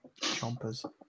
Chompers